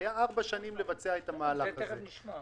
היו ארבע שנים לבצע את המהלך הזה.